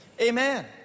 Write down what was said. Amen